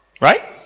Right